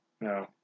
No